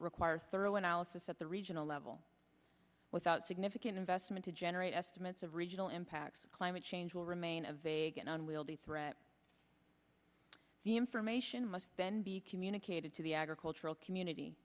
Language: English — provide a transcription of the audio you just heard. require thorough analysis at the regional level without significant investment to generate estimates of regional impacts of climate change will remain a vague and unwieldy threat the information must then be communicated to the agricultural community